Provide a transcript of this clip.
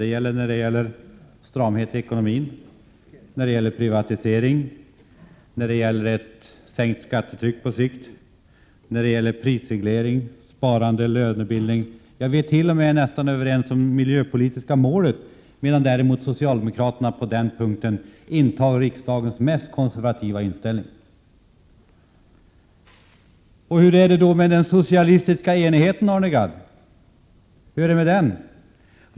Det gäller stramhet i ekonomin, privatiseringen, ett sänkt skattetryck på sikt, prisreglering, sparande, lönebildning. Vi är t.o.m. nästan helt överens om det miljöpolitiska målet. Däremot har socialdemokraterna på den punkten den mest konservativa inställning. Hur är det med den socialistiska enigheten, Arne Gadd?